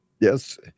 Yes